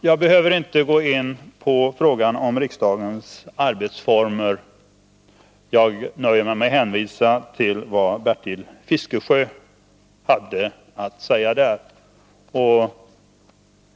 Jag behöver inte gå in på frågan om riksdagens arbetsformer. Jag nöjer mig med att hänvisa till det Bertil Fiskesjö hade att säga.